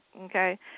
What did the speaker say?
okay